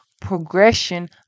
progression